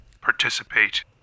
participate